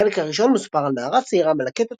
בחלק הראשון מסופר על נערה צעירה המלקטת